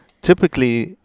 Typically